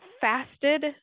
fasted